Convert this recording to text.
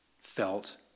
felt